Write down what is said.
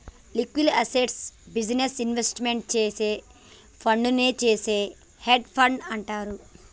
liquid అసెట్స్లో business investment చేసే ఫండునే చేసే హెడ్జ్ ఫండ్ అంటారు